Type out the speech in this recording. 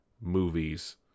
movies